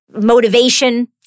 motivation